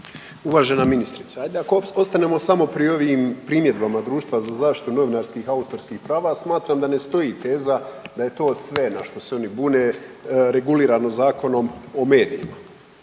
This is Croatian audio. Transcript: Uvažena ministrice, ajde ako ostanemo samo pri ovim primjedbama Društva za zaštitu novinarskih autorskih prava smatram da ne stoji teza da je to sve na što se oni bune regulirano Zakonom o medijima,